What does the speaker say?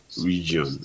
region